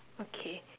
okay